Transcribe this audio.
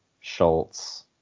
Schultz